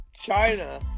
China